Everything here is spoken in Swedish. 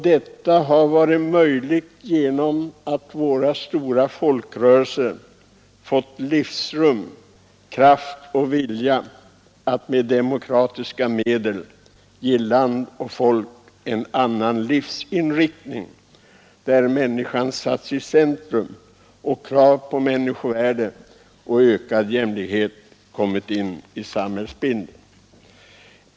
Detta har varit möjligt genom att våra stora folkrörelser haft kraft och vilja att med demokratiska medel ge land och folk en annan livsinriktning, där människan satts i centrum och där kravet på människovärde och ökad jämlikhet kommit in i samhällsbilden.